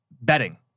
betting